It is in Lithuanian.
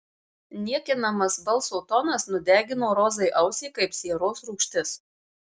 niekinamas balso tonas nudegino rozai ausį kaip sieros rūgštis